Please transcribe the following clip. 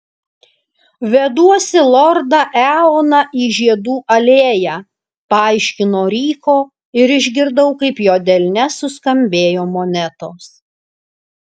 veduosi lordą eoną į žiedų alėją paaiškino ryko ir išgirdau kaip jo delne suskambėjo monetos